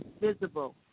visible